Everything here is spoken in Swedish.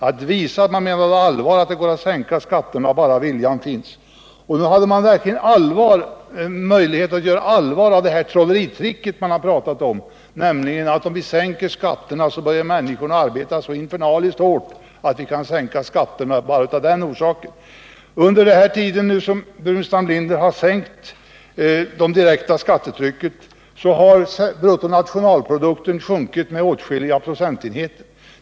Man hade chansen att visa att det går att sänka skatterna, om bara viljan finns. Man hade också möjligheten att visa det trolleritrick som man pratat så mycket om, nämligen att om skatterna sänks så kommer människorna att börja arbeta så infernaliskt hårt att vi kan sänka skatterna ännu mer bara av den anledningen. Under den tid som gått sedan herr Burenstam Linder varit med om att sänka det direkta skattetrycket har bruttonationalprodukten sjunkit med åtskilliga procentenheter.